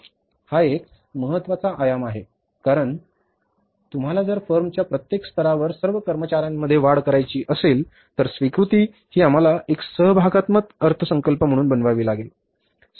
हा एक महत्वाचा आयाम आहे कारण तुम्हाला जर फर्मच्या प्रत्येक स्तरावर सर्व कर्मचार्यांमध्ये वाढ करायची असेल तर स्वीकृती ही आम्हाला एक सहभागात्मक अर्थसंकल्प म्हणून बनवावी लागेल